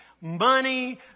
money